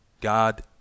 God